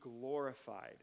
glorified